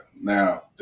Now